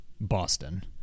Boston